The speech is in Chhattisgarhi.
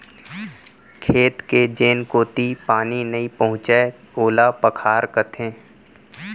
खेत के जेन कोती पानी नइ पहुँचय ओला पखार कथें